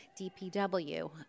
DPW